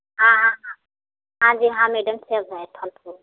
हाँ हाँ हाँ हाँ जी हाँ मैडम सेब है